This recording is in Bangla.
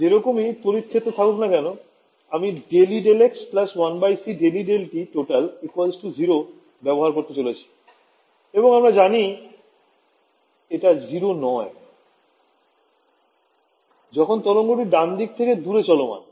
যেরকমই তড়িৎ ক্ষেত্র থাকুক না কেন আমি ∂∂Ex 1c ∂∂Et 0 ব্যবহার করতে চলেছি এবং আমরা জানি এটা 0 নয় যখন তরঙ্গ টি ডানদিক থেকে দূরে চলমান